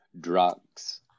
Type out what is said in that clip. drugs